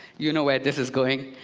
you know where this is going.